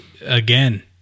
again